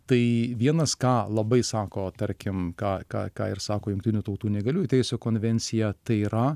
tai vienas ką labai sako tarkim ką ką ką ir sako jungtinių tautų neįgaliųjų teisių konvencija tai yra